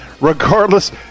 Regardless